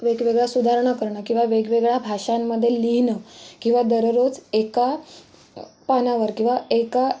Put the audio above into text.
वेगवेगळ्या सुधारणा करणं किंवा वेगवेगळ्या भाषांमध्ये लिहिणं किंवा दररोज एका पानावर किंवा एका